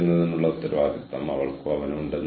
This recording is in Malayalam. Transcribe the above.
ഭാവിയിലെ അനിശ്ചിതത്വവും അവ്യക്തതകളും സന്തുലിതമാക്കുക